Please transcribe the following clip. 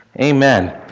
Amen